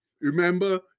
Remember